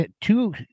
two